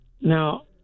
now